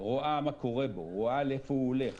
רואה מה קורה בו, רואה לאיפה הוא הולך,